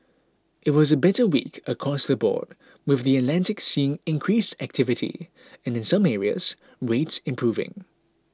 it was a better week across the board with the Atlantic seeing increased activity and in some areas rates improving